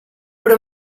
però